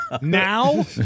Now